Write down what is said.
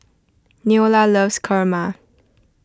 Neola loves Kurma